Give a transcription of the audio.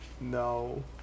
No